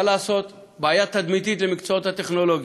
מה לעשות, בעיה תדמיתית במקצועות הטכנולוגיים.